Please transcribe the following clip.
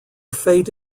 fate